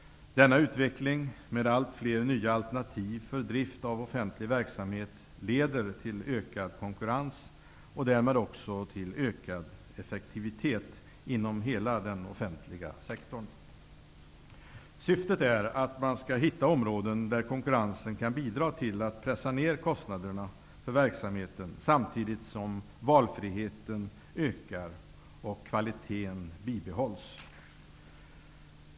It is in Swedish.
Denna utveckling med allt fler nya alternativ för drift av offentlig verksamhet leder till ökad konkurrens och därmed också till ökad effektivitet inom hela den offentliga sektorn. Syftet är att man skall hitta områden där konkurrensen kan bidra till att kostnaderna för verksamheten pressas ner, samtidigt som valfriheten ökar och kvaliteten bibehålls.